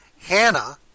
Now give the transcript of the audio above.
Hannah